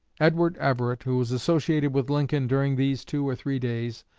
edward everett, who was associated with lincoln during these two or three days,